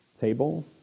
table